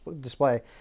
display